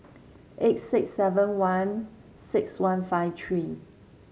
eight six seven one six one five three